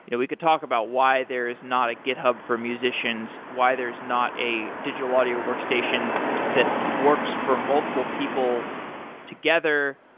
you know we could talk about why there is not a github for musicians, why there's not a digital audio workstation that works for multiple people together.